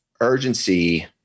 urgency